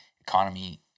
economy